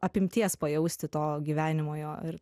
apimties pajausti to gyvenimo jo ir